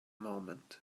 moment